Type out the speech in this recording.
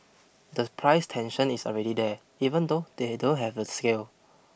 the price tension is already there even though they don't have the scale